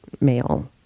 male